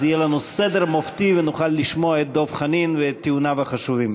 אז יהיה לנו סדר מופתי ונוכל לשמוע את דב חנין ואת טיעוניו החשובים.